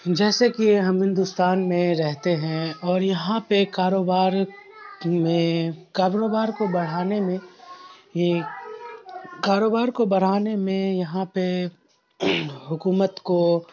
جیسے کہ ہم ہندوستان میں رہتے ہیں اور یہاں پہ کاروبار میں کاروبار کو بڑھانے میں یہ کاروبار کو برھانے میں یہاں پہ حکومت کو